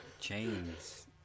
chains